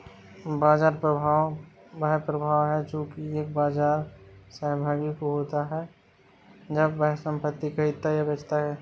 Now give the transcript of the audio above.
बाजार प्रभाव वह प्रभाव है जो एक बाजार सहभागी का होता है जब वह संपत्ति खरीदता या बेचता है